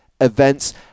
events